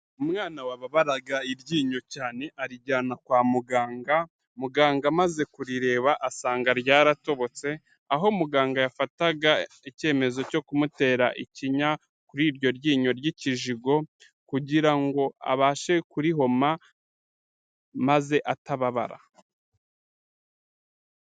Umwana wababaraga iryinyo cyane arijyana kwa muganga, muganga amaze kurireba asanga ryaratobotse, aho muganga yafataga icyemezo cyo kumutera ikinya kuri iryo ryinyo ry'ikijigo kugira ngo abashe kurihoma maze atababara.